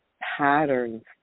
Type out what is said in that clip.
patterns